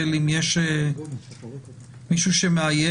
תהיה אפשרות לראות אם יש מישהו שמאיים,